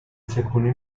چکونی